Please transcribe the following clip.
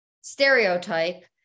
stereotype